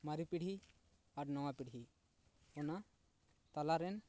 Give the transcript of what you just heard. ᱢᱟᱨᱮ ᱯᱤᱲᱦᱤ ᱟᱨ ᱱᱟᱣᱟ ᱯᱤᱲᱦᱤ ᱚᱱᱟ ᱛᱟᱞᱟ ᱨᱮᱱ